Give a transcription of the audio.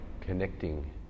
connecting